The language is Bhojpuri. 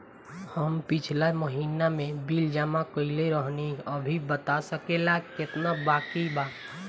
हम पिछला महीना में बिल जमा कइले रनि अभी बता सकेला केतना बाकि बा?